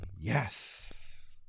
Yes